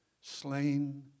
slain